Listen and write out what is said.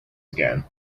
again